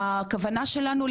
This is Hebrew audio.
הכוונה שלנו,